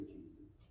Jesus